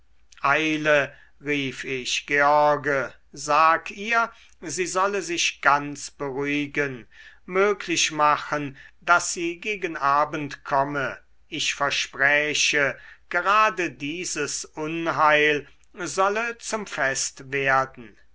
eile rief ich george sag ihr sie solle sich ganz beruhigen möglich machen daß sie gegen abend komme ich verspräche gerade dieses unheil solle zum fest werden